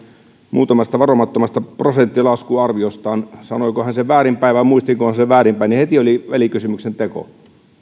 muutamasta varomattomasta prosenttiarviostaan sanoiko hän sen väärinpäin vai muistiko hän sen väärinpäin tilanteeseen että heti oli välikysymyksen teko